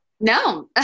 No